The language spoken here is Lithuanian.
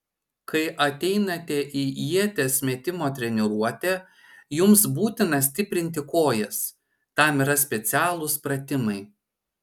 kai ateinate į ieties metimo treniruotę jums būtina stiprinti kojas tam yra specialūs pratimai